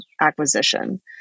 acquisition